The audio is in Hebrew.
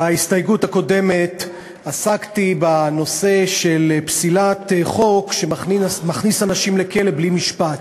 בהסתייגות הקודמת עסקתי בנושא של פסילת חוק שמכניס אנשים לכלא בלי משפט.